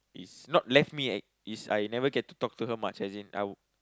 is not left me eh is I never get to talk to her much as in I